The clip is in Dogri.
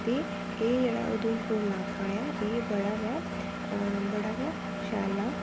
ते एह् जेह्ड़ा उधमपुर लाका ऐ एह् बड़ा गै बड़ा गै शैल ऐ